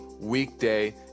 weekday